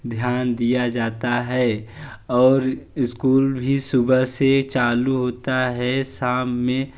ध्यान दिया जाता है और स्कूल भी सुबह से चालू होता है शाम में